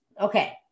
Okay